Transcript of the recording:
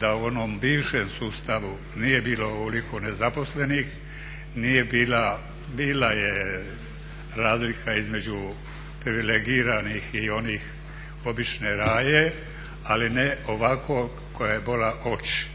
da u onom bivšem sustavu nije bilo ovoliko nezaposlenih, bila je razlika između privilegiranih i onih obične raje ali ne ovako koja je bola oči.